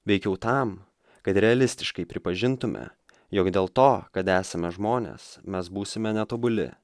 veikiau tam kad realistiškai pripažintume jog dėl to kad esame žmonės mes būsime netobuli